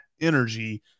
energy